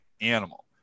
animal